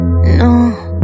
No